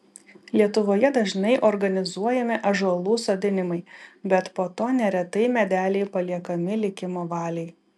lietuvoje dažnai organizuojami ąžuolų sodinimai bet po to neretai medeliai paliekami likimo valiai